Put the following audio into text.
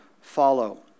follow